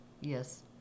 Yes